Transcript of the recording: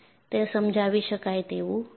તે સમજાવી શકાય તેવું છે